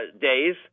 days